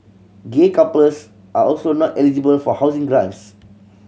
gay couples are also not eligible for housing grants